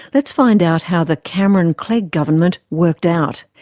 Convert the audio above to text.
let's find out how the cameron-clegg government worked out.